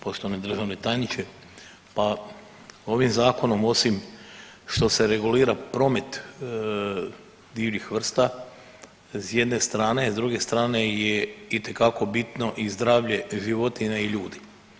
Poštovani državni tajniče, pa ovim zakonom osim što se regulira promet divljih vrsta s jedne strane, s druge strane je itekako bitno i zdravlje životinja i ljudi.